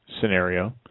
scenario